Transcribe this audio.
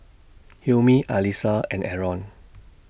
Hilmi Alyssa and Aaron